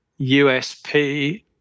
USP